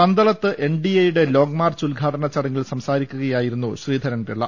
പന്തളത്ത് എൻഡിഎയുടെ long March ഉദ്ഘാടന ചടങ്ങിൽ സംസാരിക്കു കയായിരുന്നു ശ്രീധരൻപിള്ള